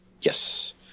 Yes